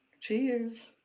Cheers